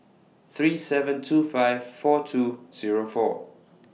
three seven two five four two Zero four